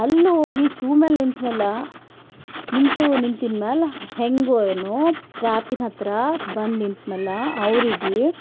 ಅಲ್ಲಿ ಹೋಗಿ ಕ್ಯೂ ಮೇಲೆ ನಿಂತು ಮೇಲೆ ನಿಂತು ನಿಂತಿದ್ ಮ್ಯಾಲ ಹೇಗೋ ಏನೋ ಟ್ಯಾಪಿನ ಹತ್ತಿರ ಬಂದು ನಿಂತ್ಮೇಲೆ ಅವ್ರಿಗೆ